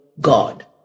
God